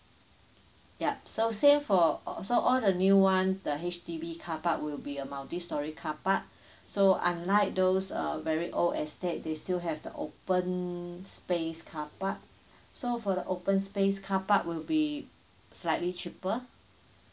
yup so same for so all the new one the H_D_B car park will be a multistorey carpark so unlike those err very old estate they still have the open space car park so for the open space car park will be slightly cheaper